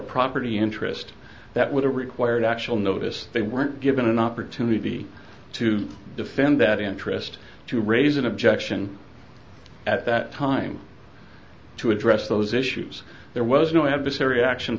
property interest that would have required actual notice they weren't given an opportunity to defend that interest to raise an objection at that time to address those issues there was no i have been very action